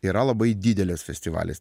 yra labai didelis festivalis